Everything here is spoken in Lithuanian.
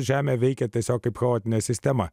žemė veikia tiesiog kaip kodinė sistema